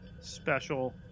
Special